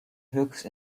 höchst